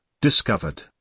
Discovered